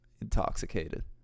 intoxicated